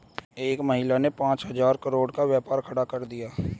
एक महिला ने पांच हजार करोड़ का व्यापार खड़ा कर दिया